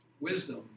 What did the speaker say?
wisdom